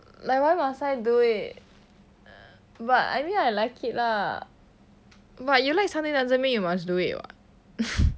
like why must I do it but I mean I like it lah but you like something doesn't mean you must do it what